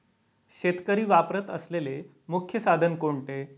शेतकरी वापरत असलेले मुख्य साधन कोणते?